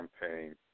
campaign